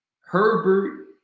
Herbert